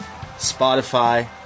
Spotify